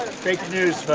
fake news.